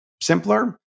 simpler